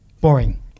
boring